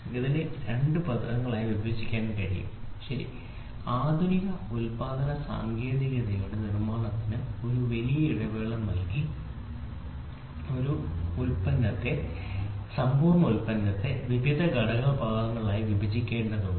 ഇതിനെ 2 പദങ്ങളായി വിഭജിക്കാം മാറ്റാൻ കഴിയും ശരി ഈ ആശയം ആധുനിക ഉൽപാദന സാങ്കേതികതയിലൂടെ നിർമ്മാണത്തിന് ഒരു വലിയ ഇടവേള നൽകി ഒരു സമ്പൂർണ്ണ ഉൽപ്പന്നത്തെ വിവിധ ഘടകഭാഗങ്ങളായി വിഭജിക്കേണ്ടതുണ്ട്